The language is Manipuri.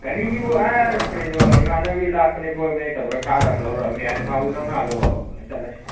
ꯒꯥꯔꯤꯒꯤꯕꯨ ꯑꯁ ꯀꯩꯅꯣ ꯏꯃꯥꯅꯕꯒꯤ ꯂꯥꯛꯄꯅꯦ ꯐꯣꯏꯕꯅꯦ ꯇꯧꯔꯒ ꯊꯥꯔ ꯑꯃ ꯂꯧꯔꯑꯃꯤ ꯌꯥꯔꯦ ꯊꯥꯎꯗꯨ ꯅꯪ ꯍꯥꯜꯂꯨ ꯆꯠꯂꯁꯤ